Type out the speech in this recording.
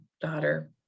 daughter